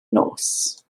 nos